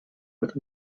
with